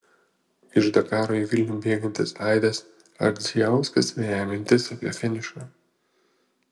iš dakaro į vilnių bėgantis aidas ardzijauskas veja mintis apie finišą